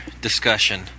discussion